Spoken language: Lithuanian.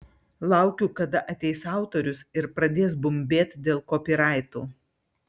laukiu kada ateis autorius ir pradės bumbėt dėl kopyraitų